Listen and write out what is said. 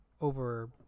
over